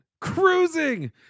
Cruising